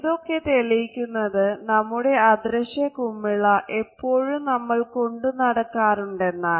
ഇതൊക്കെ തെളിയിക്കുന്നത് നമ്മുടെ അദൃശ്യ കുമിള എപ്പോഴും നമ്മൾ കൊണ്ട് നടക്കാറുണ്ടെന്നാണ്